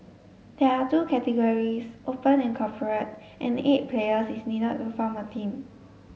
there are two categories Open and Corporate and eight players is needed to form a team